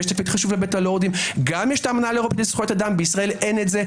גם יש האמנה לזכויות אדם - בישראל אין את זה,